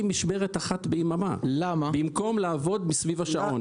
משמרת אחת ביממה במקום לעבוד מסביב לשעון.